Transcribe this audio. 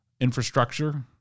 infrastructure